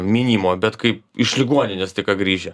mynimo bet kaip iš ligoninės tik ką grįžę